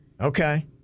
Okay